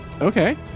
Okay